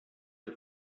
que